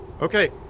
okay